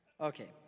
Okay